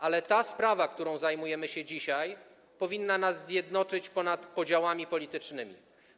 Ale sprawa, którą zajmujemy się dzisiaj, powinna nas zjednoczyć ponad podziałami politycznymi.